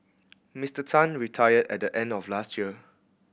Mister Tan retired at the end of last year